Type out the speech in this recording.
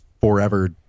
forever